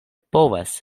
povas